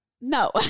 No